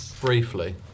Briefly